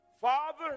Father